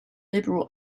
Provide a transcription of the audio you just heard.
liberal